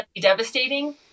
devastating